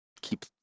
keep